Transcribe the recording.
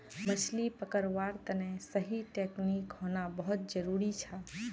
मछली पकड़वार तने सही टेक्नीक होना बहुत जरूरी छ